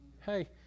Hey